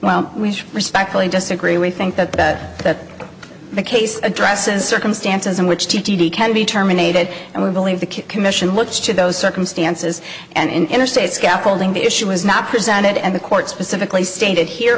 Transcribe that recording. well we respectfully disagree with think that that that the case addresses circumstances in which t d d can be terminated and we believe the commission looks to those circumstances and in interstate scaffolding the issue is not presented and the court specifically stated here